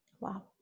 Wow